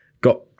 got